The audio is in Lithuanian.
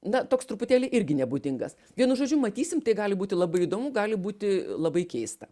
na toks truputėlį irgi nebūdingas vienu žodžiu matysim tai gali būti labai įdomu gali būti labai keista